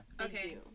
okay